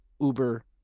uber